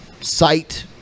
site